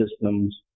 systems